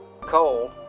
Coal